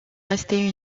rester